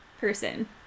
person